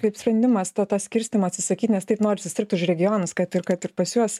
kaip sprendimas ta ta skirstymo atsisakyt nes taip norisi sirgti už regionus kad ir kad ir pas juos